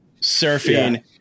surfing